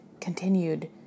continued